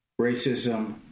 racism